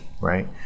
right